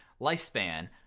lifespan